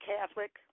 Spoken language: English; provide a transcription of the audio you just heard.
Catholic